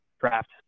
draft